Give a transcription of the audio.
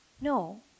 No